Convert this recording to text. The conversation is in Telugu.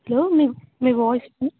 హలో మీ మీ వాయిస్